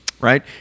right